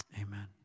amen